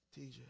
TJ